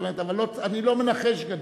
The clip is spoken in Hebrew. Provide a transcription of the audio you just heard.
אבל אני לא מנחש גדול,